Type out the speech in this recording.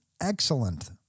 excellent